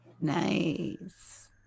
Nice